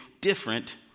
different